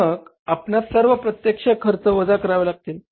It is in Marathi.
मग आपणास सर्व अप्रत्यक्ष खर्च वजा करावे लागतील